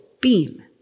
beam